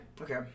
Okay